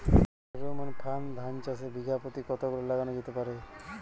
Pheromone ফাঁদ ধান চাষে বিঘা পতি কতগুলো লাগানো যেতে পারে?